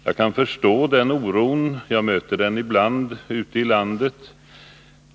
Jag kan förstå den oron — jag möter den ibland ute i landet.